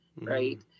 Right